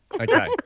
Okay